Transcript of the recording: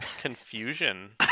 confusion